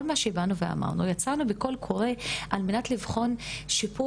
כל מה שבאנו ואמרנו זה שבעצם יצאנו בקול קורא על מנת לבחון שיפור